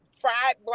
fried